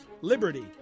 liberty